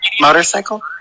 Motorcycle